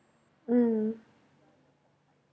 mm